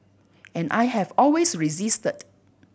and I have always resisted